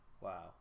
Wow